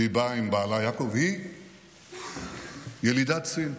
והיא באה עם בעלה יעקב, היא ילידת סין.